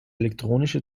elektronische